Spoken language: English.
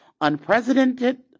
unprecedented